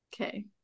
Okay